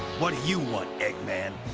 what do you want, eggman?